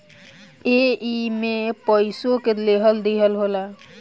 एईमे पइसवो के लेहल दीहल होला